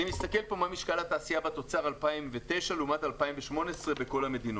אני מסתכל פה על מה משקל התעשייה בתוצר 2009 לעומת 2018 בכל המדינות.